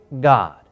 God